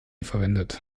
verwendet